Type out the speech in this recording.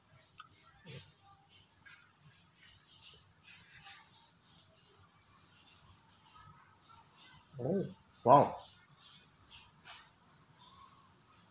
oh !wow!